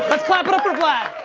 let's clap it up for vlad.